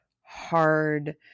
hard